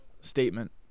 statement